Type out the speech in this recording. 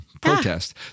protest